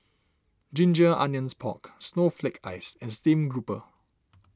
Ginger Onions Pork Snowflake Ice and Stream Grouper